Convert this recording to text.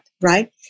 right